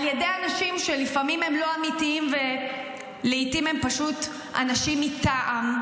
על ידי אנשים שלפעמים הם לא אמיתיים ולעיתים הם פשוט אנשים מטעם,